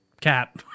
cat